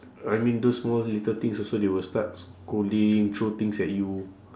I mean those small little things also they will start scolding throw things at you